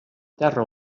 terra